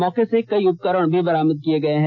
मौके से कई उपकरण भी बरामद किए गए हैं